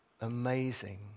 amazing